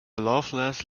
loveless